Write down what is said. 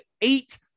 eight